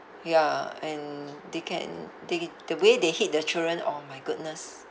ya and they can they the way they hit the children oh my goodness